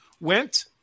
went